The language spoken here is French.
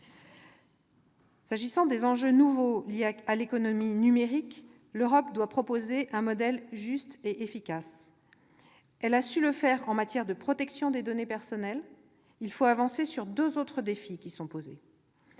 S'agissant des enjeux nouveaux liés à l'économie numérique, l'Europe doit proposer un modèle juste et efficace. Elle a su le faire en matière de protection des données personnelles. Il faut avancer sur deux autres défis qui sont posés.